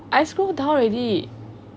I scrolled down already